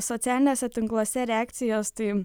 socialiniuose tinkluose reakcijos tai